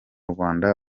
rwanda